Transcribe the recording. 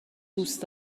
دوست